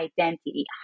identity